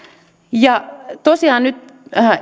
tosiaan nyt